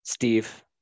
Steve